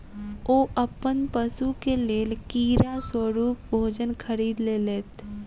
ओ अपन पशु के लेल कीड़ा स्वरूप भोजन खरीद लेलैत